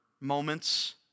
moments